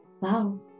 wow